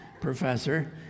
professor